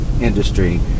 industry